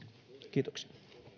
kiitoksia